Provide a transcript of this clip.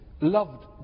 loved